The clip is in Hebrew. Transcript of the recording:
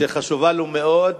שחשובה לו מאוד